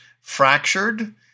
fractured